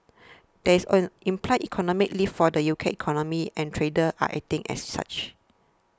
that's an implied economic lift for the U K economy and traders are acting as such